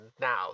now